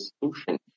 solution